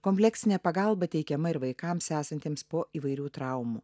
kompleksinė pagalba teikiama ir vaikams esantiems po įvairių traumų